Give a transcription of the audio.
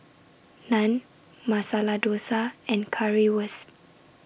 Naan Masala Dosa and Currywurst